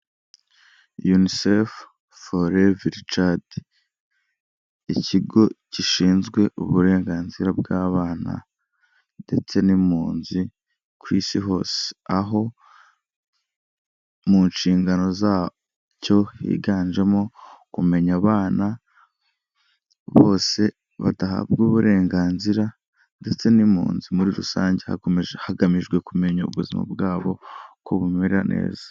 UNICEF foru everi cadi. Ikigo gishinzwe uburenganzira bw'abana ndetse n'impunzi ku isi hose, aho mu nshingano zacyo higanjemo kumenya abana bose badahabwa uburenganzira ndetse n'impunzi muri rusange. Hagamijwe kumenya ubuzima bwabo uko bumera neza.